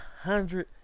hundred